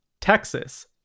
Texas